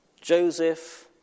Joseph